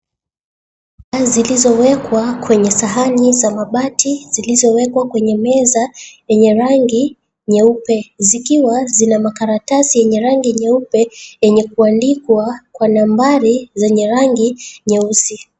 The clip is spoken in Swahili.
Zilizowekwa kwenye sahani za mabati zilizowekwa kwenye meza yenye rangi nyeupe zikiwa zina makaratasi yenye rangi nyeupe yenye kuandikwa kwa nambari zenye rangi nyeusi.